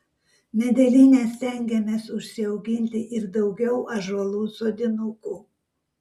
medelyne stengiamės užsiauginti ir daugiau ąžuolų sodinukų